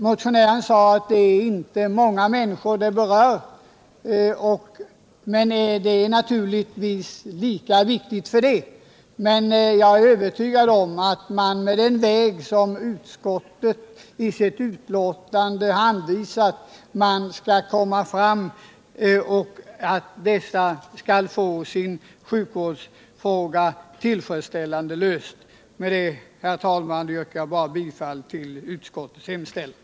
Motionären sade att det inte är många människor det berör, men frågan är naturligtvis ändå lika viktig. Jag är övertygad om att den väg som utskottet i sitt betänkande har anvisat är framkomlig och att de människor det gäller skall få sin sjukvårdsfråga tillfredsställande löst. Med det anförda, herr talman, yrkar jag bifall till utskottets hemställan.